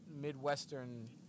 midwestern